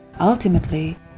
Ultimately